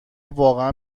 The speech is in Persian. واقعا